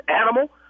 animal